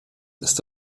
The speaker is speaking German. ist